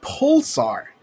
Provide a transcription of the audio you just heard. Pulsar